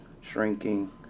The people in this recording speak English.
shrinking